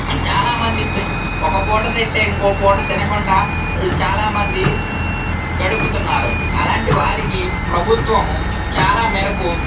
చాలామంది ఒక పూట తింటే ఇంకో పూట తినకుండా చాలామంది గడుపుతున్నారు అలాంటి వారికి ప్రభుత్వము చాలా మేరకు